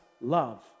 love